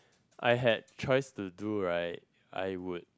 I had a choice to do right I would